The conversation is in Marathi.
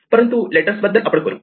परंतु लेटर्स बद्दल आपण करू